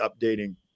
updating